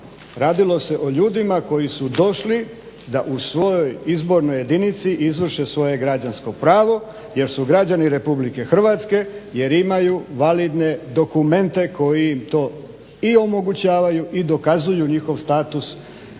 radilo se o ljudima koji su došli da u svojoj izbornoj jedinici izvrše svoje građansko pravo jer su građani RH i jer imaju validne dokumente koji im to i omogućavaju i dokazuju njihov status građana